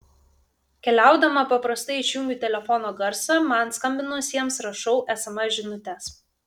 keliaudama paprastai išjungiu telefono garsą man skambinusiems rašau sms žinutes